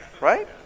right